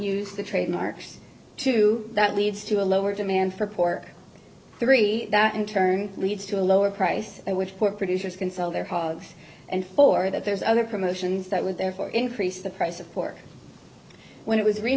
use the trademark to that leads to a lower demand for pork three that in turn leads to a lower price which for producers can sell their hogs and for that there's other promotions that would therefore increase the price of pork when it w